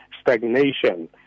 stagnation